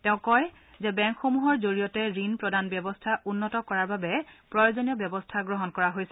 তেওঁ কয় যে বেংকসমূহৰ জৰিয়তে ঋণ প্ৰদান ব্যৱস্থা উন্নত কৰাৰ বাবে প্ৰয়োজনীয় ব্যৱস্থা গ্ৰহণ কৰা হৈছে